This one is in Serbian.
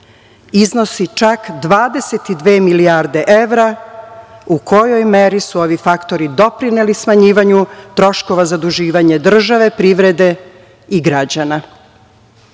iznosi čak 22 milijarde evra u kojoj meri su ovi faktori doprineli smanjivanju troškova zaduživanja države, privrede i građana,